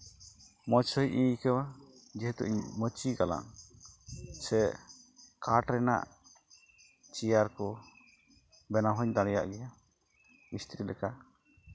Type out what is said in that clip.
ᱢᱚᱡᱽ ᱥᱟᱺᱦᱤᱡ ᱤᱧ ᱟᱹᱭᱠᱟᱹᱣᱟ ᱡᱮᱦᱮᱛᱩ ᱤᱧ ᱢᱟᱹᱪᱤ ᱜᱟᱞᱟᱝ ᱥᱮ ᱠᱟᱴ ᱨᱮᱱᱟᱜ ᱪᱮᱭᱟᱨ ᱠᱚ ᱵᱮᱱᱟᱣ ᱦᱚᱸᱧ ᱫᱟᱲᱮᱭᱟᱜ ᱜᱮᱭᱟ ᱢᱤᱥᱛᱨᱤ ᱞᱮᱠᱟ